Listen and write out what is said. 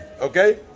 okay